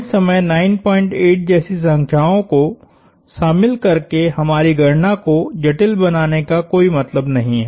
इस समय 98 जैसी संख्याओं को शामिल करके हमारी गणना को जटिल बनाने का कोई मतलब नहीं है